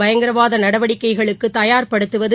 பயங்கரவாத நடவடிக்கைகளுக்கு தயா்படுத்துவது